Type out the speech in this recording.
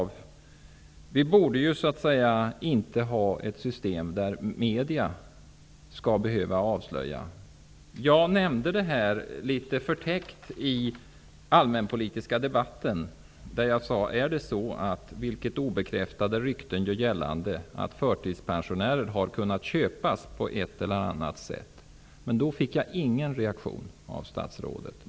Vi borde inte ha ett system där medierna skall behöva avslöja fusk. Jag nämnde fusket litet förtäckt i allmänpolitiska debatten, där jag sade följande: Är det så, vilket obekräftade rykten gör gällande, att förtidspensioner har kunnat köpas på ett eller annat sätt? Då fick jag ingen reaktion av statsrådet.